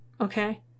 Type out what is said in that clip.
Okay